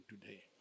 today